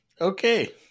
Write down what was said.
Okay